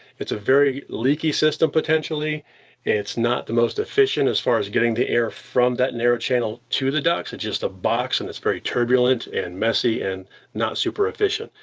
it's a very leaky system, potentially, and it's not the most efficient as far as getting the air from that narrow channel to the ducts. it's just a box and it's very turbulent and messy and not super efficient.